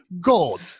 gold